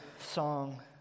song